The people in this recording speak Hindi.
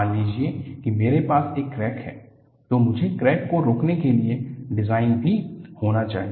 मान लीजिए कि मेरे पास एक क्रैक है तो मुझे क्रैक को रोकने लिए डिज़ाइन भी होना चाहिए